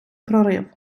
прорив